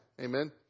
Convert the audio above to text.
amen